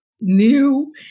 new